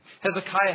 Hezekiah